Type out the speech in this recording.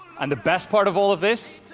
and the best part of all of this,